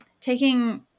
taking